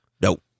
Nope